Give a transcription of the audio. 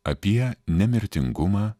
apie nemirtingumą